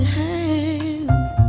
hands